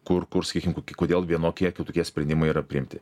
kur kur sakykim kok kodėl vienokie kitokie sprendimai yra priimti